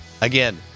Again